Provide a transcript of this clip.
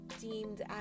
deemed